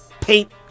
paint